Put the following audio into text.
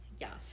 yes